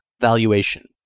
Valuation